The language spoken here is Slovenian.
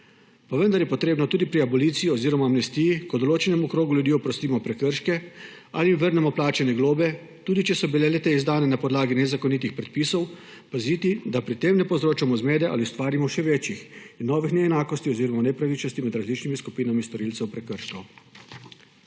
vendar je potrebno tudi pri aboliciji oziroma amnestiji, ko določenemu krogu ljudi oprostimo prekrške ali jim vrnemo plačane globe, tudi če so bile le-te izdane na podlagi nezakonitih predpisov, paziti, da pri tem ne povzročamo zmede ali ustvarimo še večjih in novih neenakosti oziroma nepravičnosti med različnimi skupinami storilcev prekrškov.